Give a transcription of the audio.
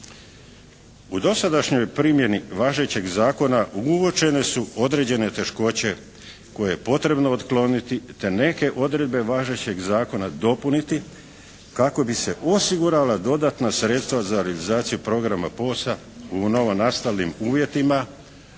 U dosadašnjoj primjeni važećeg zakona uočene su određene teškoće koje je potrebno otkloniti, te neke odredbe važećeg zakona dopuniti kako bi se osigurala dodatna sredstva za realizaciju programa POS-a u novonastalim uvjetima,